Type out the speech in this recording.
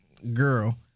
girl